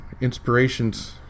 inspiration's